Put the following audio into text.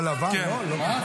אני עוד הייתי בליכוד,